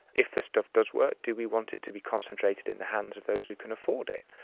if this stuff does work, do we want it to be concentrated in the hands of those who can afford it?